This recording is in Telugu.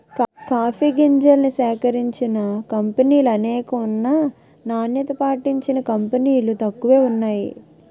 కాఫీ గింజల్ని సేకరించిన కంపినీలనేకం ఉన్నా నాణ్యత పాటించిన కంపినీలు తక్కువే వున్నాయి